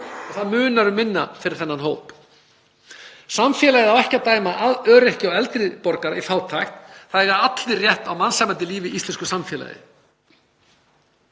Það munar um minna fyrir þennan hóp. Samfélagið á ekki að dæma öryrkja og eldri borgara í fátækt. Það eiga allir rétt á mannsæmandi lífi í íslensku samfélagi.